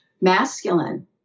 masculine